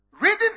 reading